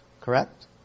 correct